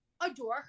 adore